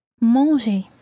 Manger